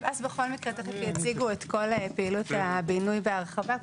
שב"ס בכל מקרה תכף יציגו את כל פעילות הבינוי בהרחבה,